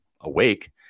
awake